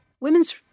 women's